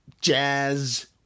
jazz